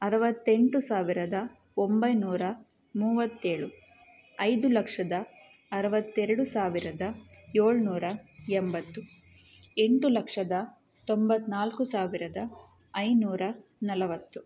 ಅರವತ್ತೆಂಟು ಸಾವಿರದ ಒಂಬೈನೂರ ಮೂವತ್ತೇಳು ಐದು ಲಕ್ಷದ ಅರವತ್ತೆರಡು ಸಾವಿರದ ಏಳ್ನೂರ ಎಂಬತ್ತು ಎಂಟು ಲಕ್ಷದ ತೊಂಬತ್ನಾಲ್ಕು ಸಾವಿರದ ಐನೂರ ನಲವತ್ತು